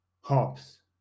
hops